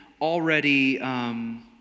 already